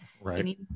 right